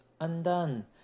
undone